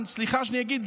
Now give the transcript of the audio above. סליחה שאני אגיד,